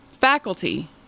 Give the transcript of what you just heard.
faculty